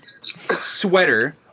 sweater